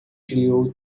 criou